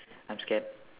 I'm scared